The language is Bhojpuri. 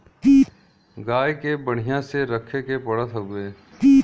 गाय के बढ़िया से रखे के पड़त हउवे